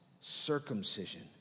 circumcision